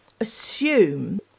assume